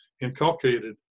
inculcated